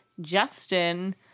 Justin